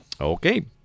Okay